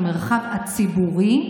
המרחב הציבורי.